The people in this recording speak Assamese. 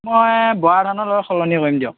মই বৰা ধানৰ লগত সলনি কৰিম দিয়ক